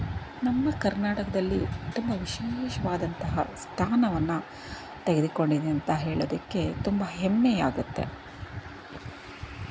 ನಮ್ಮ ಕರ್ನಾಟಕದಲ್ಲಿ ತುಂಬ ವಿಶೇಷವಾದಂತಹ ಸ್ಥಾನವನ್ನು ತೆಗೆದುಕೊಂಡಿದೆ ಅಂತ ಹೇಳೋದಿಕ್ಕೆ ತುಂಬ ಹೆಮ್ಮೆಯಾಗತ್ತೆ